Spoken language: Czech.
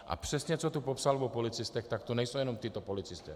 A přesně co tu popsal o policistech, tak to nejsou jen tito policisté.